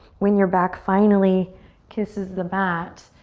when your back finally kisses the mat,